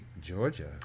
Georgia